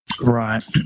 Right